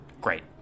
Great